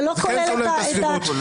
זה לא כולל את הדבר השני -- כולל,